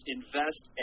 invest